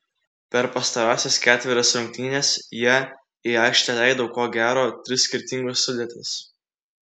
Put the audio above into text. per pastarąsias ketverias rungtynes jie į aikštę leido ko gero tris skirtingas sudėtis